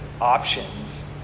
options